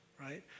right